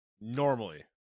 Normally